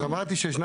אמרתי שישנה